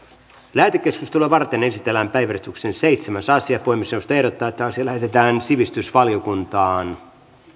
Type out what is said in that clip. lähetekeskustelua varten esitellään päiväjärjestyksen seitsemäs asia puhemiesneuvosto ehdottaa että asia lähetetään sivistysvaliokuntaan